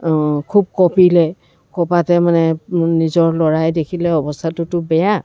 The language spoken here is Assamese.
খুব কপিলে কপাতে মানে নিজৰ ল'ৰাই দেখিলে অৱস্থাটোতো বেয়া